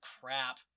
crap